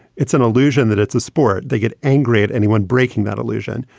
it's an illusion that it's a sport. they get angry at anyone breaking that illusion.